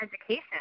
education